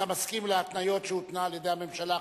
אתה מסכים להתניות שהותנו על-ידי הממשלה?